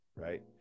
Right